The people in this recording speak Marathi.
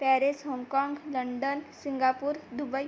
पॅरेस हाँगकाँग लंडन सिंगापूर दुबई